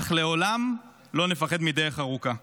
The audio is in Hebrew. אך לעולם לא נפחד מדרך ארוכה.